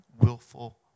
willful